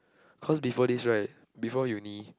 cause before this right before uni